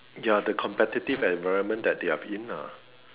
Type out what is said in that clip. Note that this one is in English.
ya the competitive environment that they are in ah